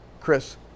Chris